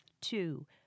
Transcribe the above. two